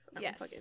Yes